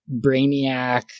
Brainiac